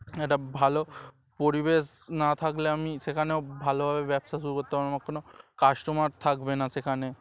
একটা ভালো পরিবেশ না থাকলে আমি সেখানেও ভালোভাবে ব্যবসা শুরু করতে পার আমার কোনো কাস্টমার থাকবে না সেখানে